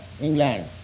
England